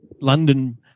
London